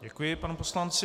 Děkuji panu poslanci.